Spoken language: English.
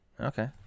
Okay